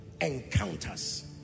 encounters